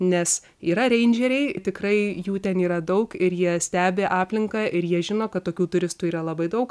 nes yra reindžeriai tikrai jų ten yra daug ir jie stebi aplinką ir jie žino kad tokių turistų yra labai daug